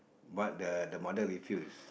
but the the mother refuse